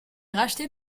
rachetée